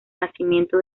nacimiento